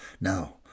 Now